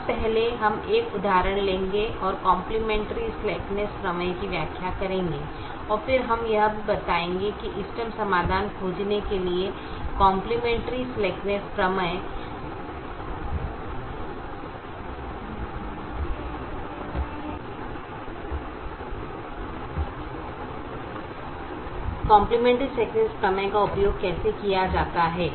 अब पहले हम एक उदाहरण लेंगे और कॉम्प्लिमेंटरी स्लैकनेस प्रमेय की व्याख्या करेंगे और फिर हम यह भी बताएंगे कि इष्टतम समाधान खोजने के लिए कॉम्प्लिमेंटरी स्लैकनेस प्रमेय का उपयोग कैसे किया जा सकता है